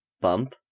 Bump